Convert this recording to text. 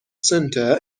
center